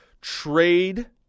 trade